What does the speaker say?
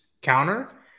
counter